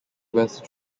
west